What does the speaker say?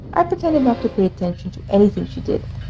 i pretended not to pay attention to anything she did,